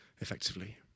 effectively